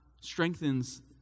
strengthens